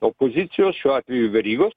opozicijos šiuo atveju verygos